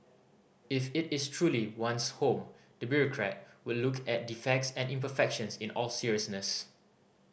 if it is truly one's home the bureaucrat would look at defects and imperfections in all seriousness